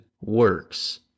works